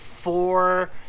four